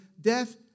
Death